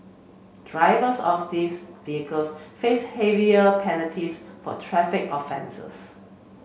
drivers of these vehicles face heavier penalties for traffic offences